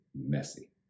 messy